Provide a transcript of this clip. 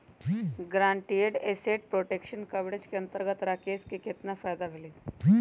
Guaranteed asset protection coverage के अंतर्गत राकेश के कितना फायदा होलय?